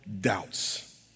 doubts